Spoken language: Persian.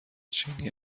چینی